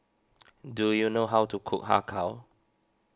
do you know how to cook Har Kow